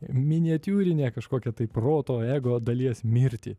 miniatiūrinė kažkokio tai proto ego dalies mirtį